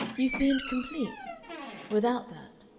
you seemed complete without that.